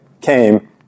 came